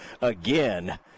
again